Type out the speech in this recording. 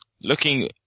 looking